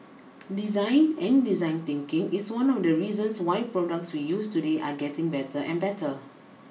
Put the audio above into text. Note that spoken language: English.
design and design thinking is one of the reasons why products we use today are getting better and better